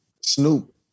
Snoop